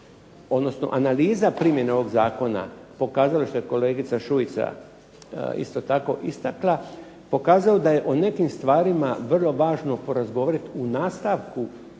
odnosno analiza primjene ovog zakona pokazala, što je kolegica Šuica isto tako istakla, pokazao da je o nekim stvarima vrlo važno porazgovarat u nastavku